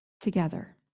together